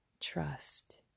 trust